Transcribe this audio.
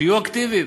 שיהיו אקטיביים.